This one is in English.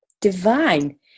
divine